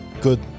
good